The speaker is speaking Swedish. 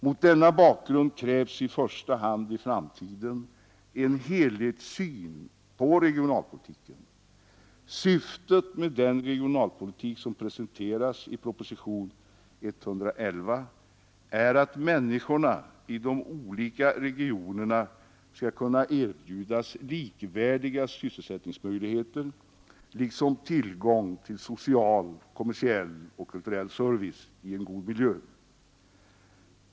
Mot denna bakgrund krävs i första hand i framtiden en helhetssyn på regionalpolitiken. Syftet med den regionalpolitik som presenteras i proposition nr 111 är att människorna i de olika regionerna skall kunna erbjudas likvärdiga sysselsättningsmöjligheter, liksom också tillgång till social, kommersiell och kulturell service i god miljö.